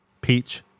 peach